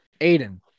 Aiden